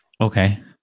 Okay